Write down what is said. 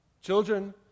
Children